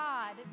God